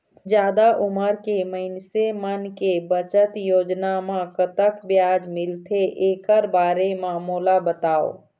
जादा उमर के मइनसे मन के बचत योजना म कतक ब्याज मिलथे एकर बारे म मोला बताव?